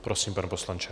Prosím, pane poslanče.